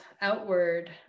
outward